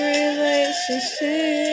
relationship